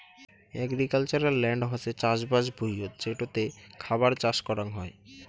agricultural land হসে চাষবাস ভুঁইয়ত যেটোতে খাবার চাষ করাং হই